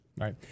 right